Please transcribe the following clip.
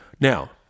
Now